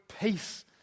peace